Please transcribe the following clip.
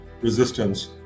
resistance